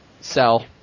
Sell